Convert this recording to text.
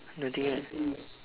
nothing right